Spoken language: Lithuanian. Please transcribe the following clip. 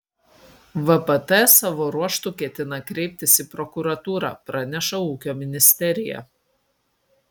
vpt savo ruožtu ketina kreiptis į prokuratūrą praneša ūkio ministerija